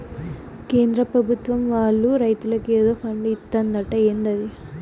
కేంద్ర పెభుత్వం వాళ్ళు రైతులకి ఏదో ఫండు ఇత్తందట ఏందది